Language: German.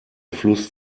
fluss